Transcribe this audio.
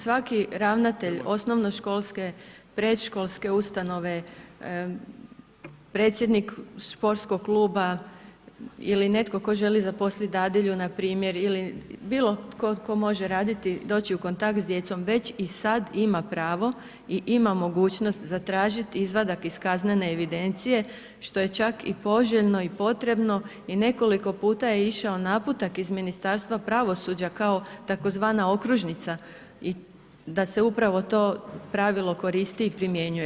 Svaki ravnatelj osnovnoškolske, predškolske ustanove, predsjednik športskog kluba ili netko tko želi zaposliti dadilju npr. ili bilo tko tko može raditi, doći u kontakt s djecom već i sad ima pravo i ima mogućnost zatražiti izvadak iz kaznene evidencije što je čak i poželjno i potrebno i nekoliko puta je išao naputak iz Ministarstva pravosuđa kao tzv. okružnica, da se upravo to pravilo koristi i primjenjuje.